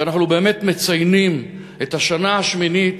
כשאנחנו באמת מציינים את השנה השמינית